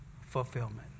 fulfillment